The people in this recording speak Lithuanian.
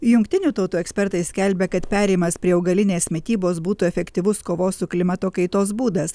jungtinių tautų ekspertai skelbia kad perėjimas prie augalinės mitybos būtų efektyvus kovos su klimato kaitos būdas